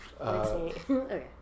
Okay